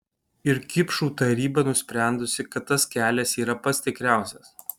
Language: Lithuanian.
ir kipšų taryba nusprendusi kad tas kelias yra pats tikriausias